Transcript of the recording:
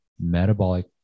metabolic